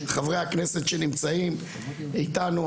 חברי הכנסת שנמצאים איתנו,